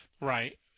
Right